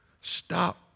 Stop